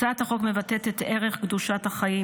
הצעת החוק מבטאת את ערך קדושת החיים